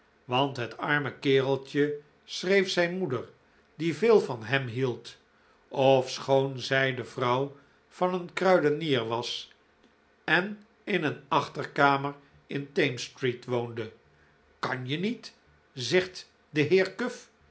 want het arme kereltje schreef zijn moeder die veel van hem hield ofschoon zij de vrouw van een kruidenier was en in een achterkamer in thamesstreet woonde kan je niet zegt de heer